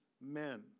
men